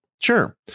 sure